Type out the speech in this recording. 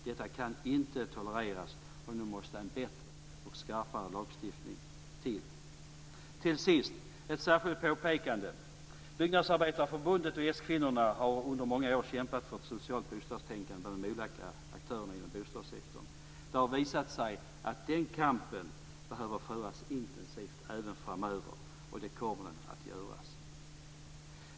Detta kan inte tolereras, och nu måste en bättre och skarpare lagstiftning till. Till sist vill jag göra ett särskilt påpekande. Byggnadsarbetareförbundet och s-kvinnorna har under många år kämpat för ett socialt bostadstänkande bland de olika aktörerna inom bostadssektorn. Det har visat sig att den kampen behöver föras intensivt även framöver. Det kommer att göras.